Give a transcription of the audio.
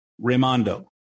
Raimondo